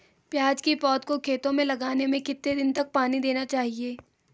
प्याज़ की पौध को खेतों में लगाने में कितने दिन तक पानी देना चाहिए?